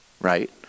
right